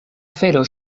afero